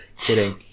Kidding